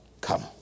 come